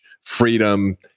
freedom